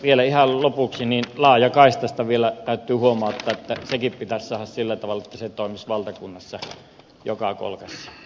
vielä ihan lopuksi laajakaistasta vielä täytyy huomauttaa että sekin pitäisi saada sillä tavalla että se toimisi valtakunnassa joka kolkassa